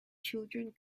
children